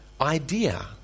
idea